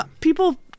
People